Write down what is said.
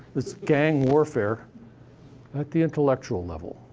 it's gang warfare at the intellectual level.